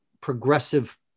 progressive